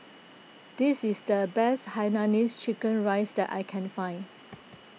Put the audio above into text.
this is the best Hainanese Chicken Rice that I can find